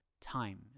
time